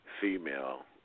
female